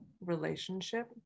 relationship